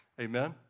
Amen